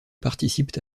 participent